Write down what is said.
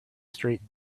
straight